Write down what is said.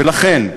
ולכן,